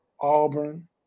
Auburn